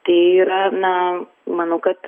tai yra na manau kad